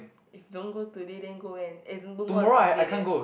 if don't go today then go when and no more on Thursday then